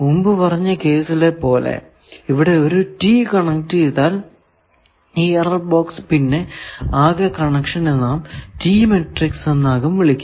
മുമ്പ് പറഞ്ഞ കേസിലെ പോലെ ഇവിടെ ഒരു T കണക്ട് ചെയ്താൽ ഈ എറർ ബോക്സ് പിന്നെ ഈ ആകെ കണക്ഷനെ നാം T മാട്രിക്സ് എന്നാകും വിളിക്കുക